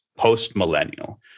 post-millennial